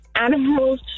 animals